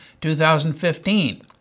2015